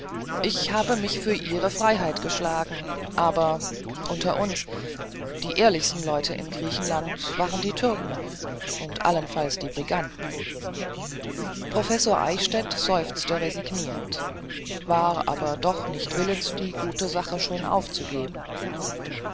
ich habe mich für ihre freiheit geschlagen aber unter uns die ehrlichsten leute in griechenland waren die türken und allenfalls die briganten professor eichstädt seufzte resigniert war aber doch nicht willens die gute sache schon aufzugeben